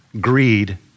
Greed